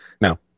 Now